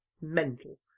Mental